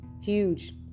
huge